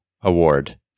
Award